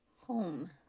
Home